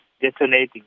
detonating